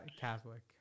Catholic